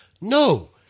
No